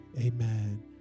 Amen